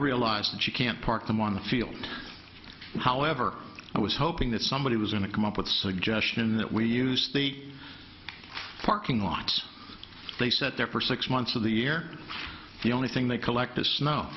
realized that you can't park them on the field however i was hoping that somebody was going to come up with suggestion that we use the parking lots they sat there for six months of the year the only thing they collect is snow